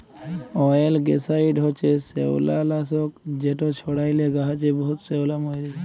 অয়েলগ্যাসাইড হছে শেওলালাসক যেট ছড়াইলে গাহাচে বহুত শেওলা মইরে যায়